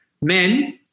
Men